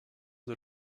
the